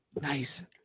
Nice